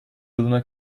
yılına